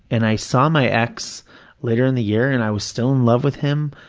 and i saw my ex later in the year and i was still in love with him,